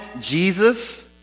Jesus